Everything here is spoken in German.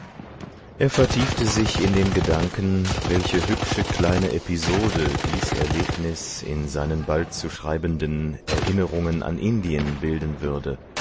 er vertiefte sich in den gedanken welche hübsche kleine episode dies erlebnis in seinen bald zu schreibenden erinnerungen an indien bilden würde